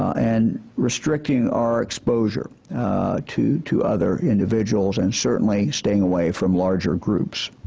and restricting our exposure to to other individuals and certainly staying away from larger groups.